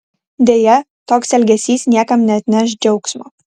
deja toks elgesys niekam neatneš džiaugsmo